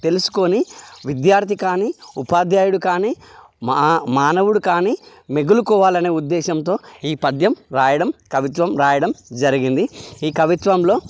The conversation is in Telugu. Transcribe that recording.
తెలుసుకుని విద్యార్ధి కానీ ఉపాధ్యాయుడు కానీ మానవుడు కానీ మేలుకోవాలనే ఉద్దేశంతో ఈ పద్యం రాయడం కవిత్వం రాయడం జరిగింది ఈ కవిత్వంలో